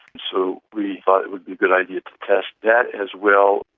so we thought it would be a good idea to test that as well.